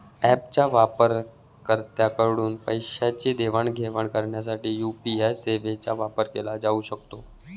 ऍपच्या वापरकर्त्यांकडून पैशांची देवाणघेवाण करण्यासाठी यू.पी.आय सेवांचा वापर केला जाऊ शकतो